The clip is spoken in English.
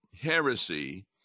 heresy